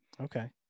Okay